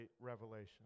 Revelation